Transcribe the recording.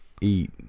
eat